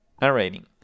narrating